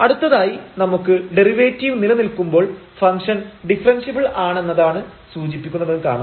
അടുത്തതായി നമുക്ക് ഡെറിവേറ്റീവ് നിലനിൽക്കുമ്പോൾ ഫംഗ്ഷൻ ഡിഫറെൻഷ്യബിൾ ആണെന്നതാണ് സൂചിപ്പിക്കുന്നതെന്ന് കാണാം